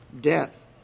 Death